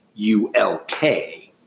ULK